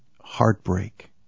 heartbreak